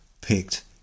picked